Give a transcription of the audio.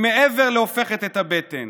היא מעבר להופכת את הבטן,